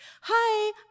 Hi